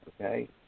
Okay